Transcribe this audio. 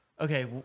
Okay